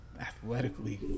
athletically